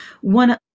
one